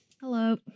Hello